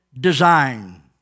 design